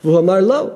הוא אמר, לא.